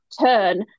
turn